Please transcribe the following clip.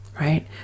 right